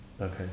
Okay